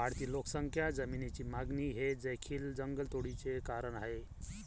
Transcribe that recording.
वाढती लोकसंख्या, जमिनीची मागणी हे देखील जंगलतोडीचे कारण आहे